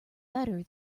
better